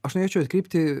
aš norėčiau atkreipti